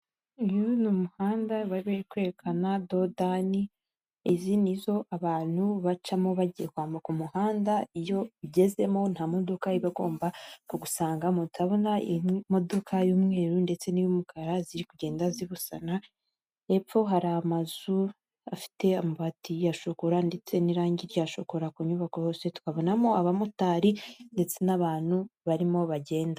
uyu ni umuhanda bari kwerekana dodani izi ni zo abantu bacamo bagiye kwambuka umuhanda iyo ugezemo nta modoka iba igomba kugusanga mutabona imodokadoka y'umweru ndetse n'i'umukara ziri kugenda zibusana hepfo hari amazu afite amabati ya shokora ndetse n'irangi rya shokora ku nyubako twakabonamo abamotari ndetse n'abantu barimo bagenda.